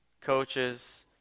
coaches